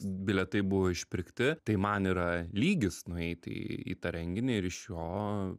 bilietai buvo išpirkti tai man yra lygis nueiti į tą renginį ir iš jo